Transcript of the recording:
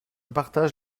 partage